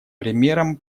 примером